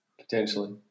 Potentially